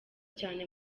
cane